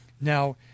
Now